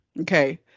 Okay